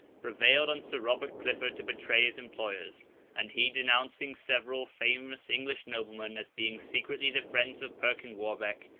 prevailed on sir robert clifford to betray his employers and he denouncing several famous english noblemen as being secretly the friends of perkin warbeck,